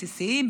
בסיסיים,